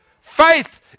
Faith